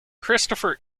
christopher